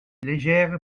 légère